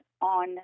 on